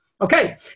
Okay